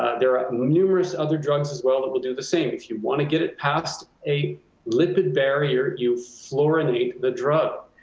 ah there are numerous other drugs as well that will do the same. if you wanna get it past a lipid barrier, you fluorinate the drug.